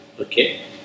okay